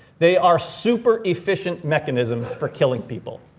they are super efficient mechanisms for killing people.